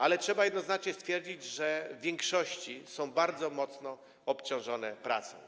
Ale trzeba jednoznacznie stwierdzić, że w większości są oni bardzo mocno obciążeni pracą.